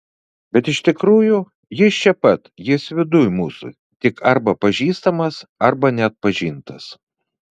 bet iš tikrųjų jis čia pat jis viduj mūsų tik arba pažįstamas arba neatpažintas